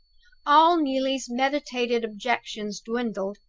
all neelie's meditated objections dwindled,